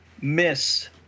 miss